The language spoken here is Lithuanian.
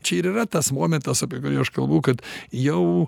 čia ir yra tas momentas apie kurį aš kalbu kad jau